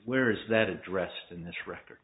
where is that addressed in this record